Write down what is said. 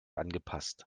angepasst